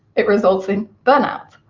it results in burnout.